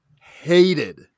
hated